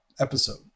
episode